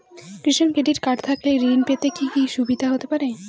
কিষান credit card থাকলে ঋণ পেতে কি কি সুবিধা হতে পারে?